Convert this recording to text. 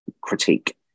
critique